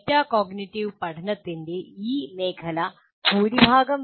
metacognitive പഠനത്തിന്റെ ഈ മേഖല ഭൂരിഭാഗം